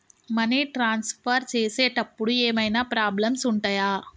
Money transfer చేసేటప్పుడు ఏమైనా problems ఉంటయా?